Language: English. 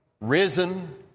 risen